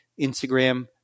Instagram